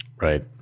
right